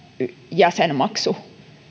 jäsenmaksu